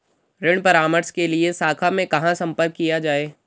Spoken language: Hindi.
ऋण परामर्श के लिए शाखा में कहाँ संपर्क किया जाए?